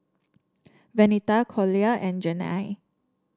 Venita Collier and Janae